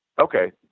okay